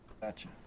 gotcha